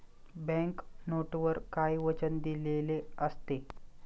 Bank नोटवर काय वचन दिलेले असते?